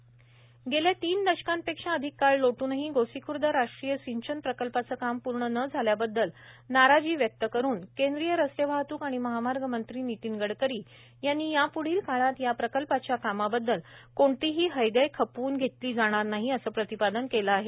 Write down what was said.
स गेल्या तीन दशकांपेक्षा अधिक काळ लोट्रनही गोसीखूर्द राष्ट्रीय सिंचन प्रकल्पाचे काम पूर्ण न झाल्याबददल नाराजी व्यक्त करून केंद्रीय रस्ते वाहतूक आणि महामार्ग मंत्री नितीन गडकरी यांनी याप्ढील काळात या प्रकल्पाच्या कामाबद्दल कोणतीही हयगय खपवून घेतली जाणार नाही अस प्रतिपादन केल आहे